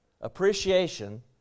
appreciation